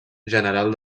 general